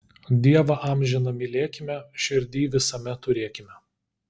dievą amžiną mylėkime širdyj visame turėkime